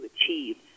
achieve